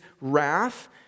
wrath